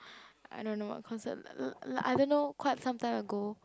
I don't know what concert I don't know quite some time ago